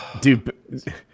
Dude